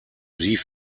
sie